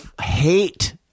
hate